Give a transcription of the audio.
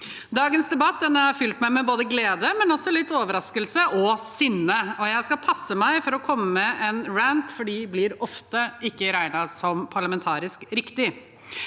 Dagens debatt har fylt meg med glede, men også litt overraskelse og sinne. Jeg skal passe meg for å komme med en «rant», for det blir ofte ikke regnet som parlamentarisk riktig.